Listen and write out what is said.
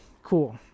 Cool